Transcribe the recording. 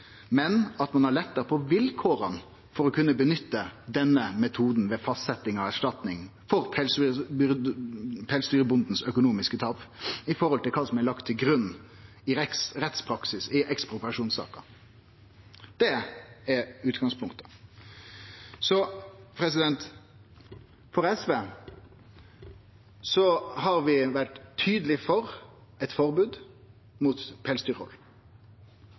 men at ein har letta på vilkåra for å kunne nytte denne metoden ved fastsetjing av erstatning for pelsdyrbondens økonomiske tap i forhold til kva som er lagt til grunn i rettspraksis i ekspropriasjonssaker – det er utgangspunktet. SV har vore tydeleg for eit forbod mot pelsdyrhald,